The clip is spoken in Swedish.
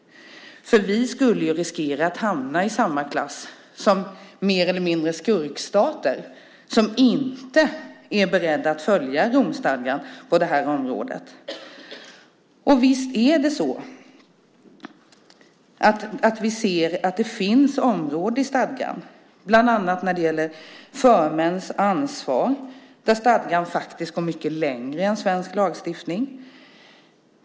Vi skulle riskera att hamna i samma klass som mer eller mindre skurkstater som inte är beredda att följa Romstadgan på det här området. Visst ser vi att det finns områden i stadgan, bland annat när det gäller förmäns ansvar, där stadgan faktiskt går mycket längre än svensk lagstiftning.